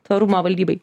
tvarumą valdybai